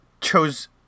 chose